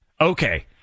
Okay